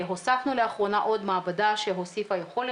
הוספנו לאחרונה עוד מעבדה שהוסיפה יכולת.